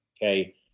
Okay